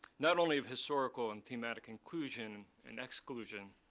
not only of historical and thematic inclusion and exclusion,